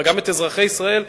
וגם את אזרחי ישראל,